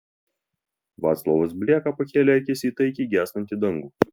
vaclovas blieka pakėlė akis į taikiai gęstantį dangų